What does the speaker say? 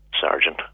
sergeant